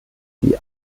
die